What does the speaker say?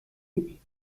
اید